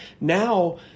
now